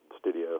studio